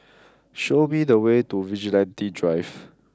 show me the way to Vigilante Drive